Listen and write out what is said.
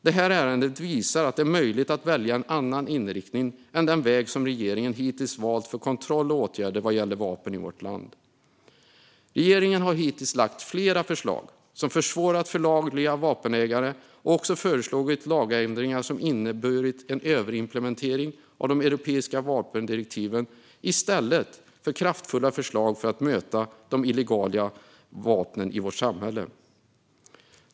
Det här ärendet visar att det är möjligt att välja en annan inriktning än den väg som regeringen hittills valt för kontroll och åtgärder vad gäller vapen i vårt land. Regeringen har hittills lagt flera förslag som försvårat för lagliga vapenägare och också föreslagit lagändringar som inneburit en överimplementering av de europeiska vapendirektiven i stället för att presentera kraftfulla förslag för att möta de illegala vapnen i vårt samhälle.